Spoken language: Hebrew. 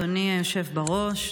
אדוני היושב בראש,